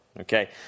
Okay